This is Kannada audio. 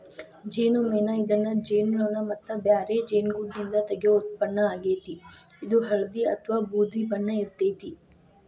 ಜೇನುಮೇಣ ಇದನ್ನ ಜೇನುನೋಣ ಮತ್ತ ಬ್ಯಾರೆ ಜೇನುಗೂಡ್ನಿಂದ ತಗಿಯೋ ಉತ್ಪನ್ನ ಆಗೇತಿ, ಇದು ಹಳ್ದಿ ಅತ್ವಾ ಬೂದಿ ಬಣ್ಣ ಇರ್ತೇತಿ